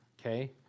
okay